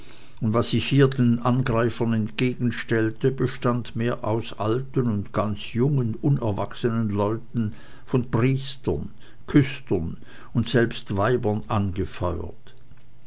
und was sich hier den angreifern entgegenstellte bestand mehr aus alten und ganz jungen unerwachsener leuten von priestern küstern und selbst weibern angefeuert